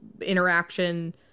interaction